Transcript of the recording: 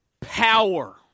power